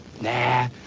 Nah